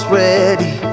ready